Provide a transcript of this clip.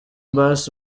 bass